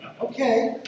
okay